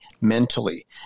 mentally